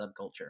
subculture